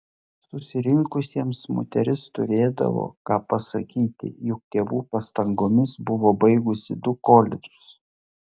susirinkusiesiems moteris turėdavo ką pasakyti juk tėvų pastangomis buvo baigusi du koledžus